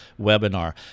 webinar